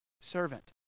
servant